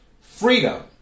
freedom